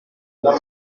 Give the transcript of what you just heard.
mais